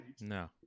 no